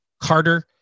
Carter